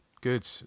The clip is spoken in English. good